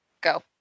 Go